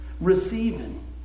Receiving